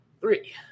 Three